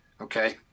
okay